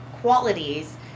qualities